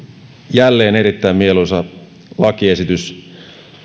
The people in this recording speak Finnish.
jälleen erittäin mieluisa lakiesitys